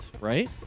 right